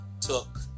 took